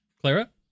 Clara